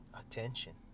attention